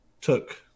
took